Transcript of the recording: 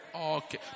okay